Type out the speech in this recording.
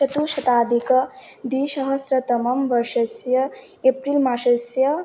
चतुश्शताधिकद्विसहस्रतमवर्षस्य April मासस्य